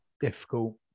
Difficult